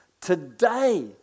Today